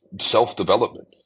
self-development